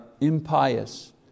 impious